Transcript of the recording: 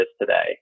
today